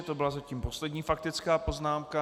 To byla zatím poslední faktická poznámka.